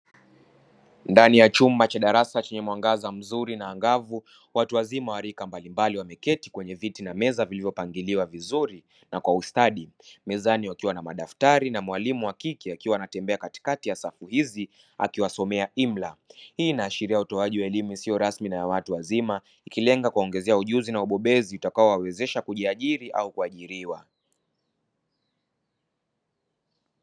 Ndani chumba cha darasa chenye mwangaza mzuri na angavu, watu wazima wa rika mbalimbali wameketi kwenye viti na meza vilivyopangiliwa vizuri na kwa ustadi, mezani wakiwa na madaftari na mwalimu wa kike akiwa anatembea katikati ya safu hizi akiwasomea imla. Hii inaashiria utoaji wa elimu isiyo rasmi na ya watu wazima ikilenga kuwaongezea ujuzi na ubobezi utakaowawezesha kujiajiri au kuajiriwa.